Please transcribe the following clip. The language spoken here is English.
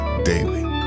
daily